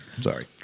Sorry